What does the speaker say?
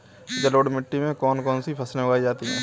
जलोढ़ मिट्टी में कौन कौन सी फसलें उगाई जाती हैं?